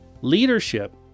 Leadership